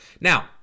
now